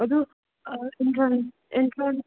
ꯑꯗꯨ ꯑꯥ ꯑꯦꯟꯇ꯭ꯔꯥꯟꯁ